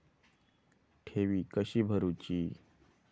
ठेवी कशी भरूची?